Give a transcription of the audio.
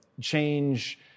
change